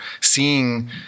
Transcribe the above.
seeing